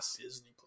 Disney